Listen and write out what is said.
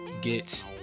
get